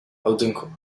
audincourt